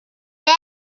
bet